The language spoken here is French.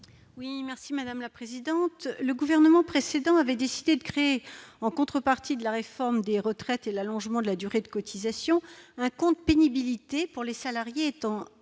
l'amendement n° 62. Le gouvernement précédent avait décidé de créer, en contrepartie de la réforme des retraites et de l'allongement de la durée de cotisation, un compte pénibilité pour les salariés ayant exercé